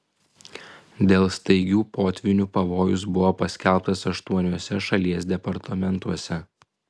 dėl staigių potvynių pavojus buvo paskelbtas aštuoniuose šalies departamentuose